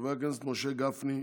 חברי הכנסת משה גפני,